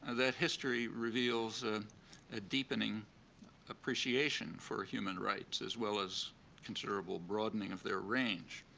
that history reveals a deepening appreciation for human rights as well as considerable broadening of their range,